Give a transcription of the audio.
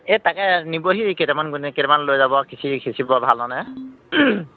এই তাকে নিবহি কেইটামান গুণে কেইটামান লৈ যাব আৰু সিঁচি সিঁচিব ভাল ধৰণেৰে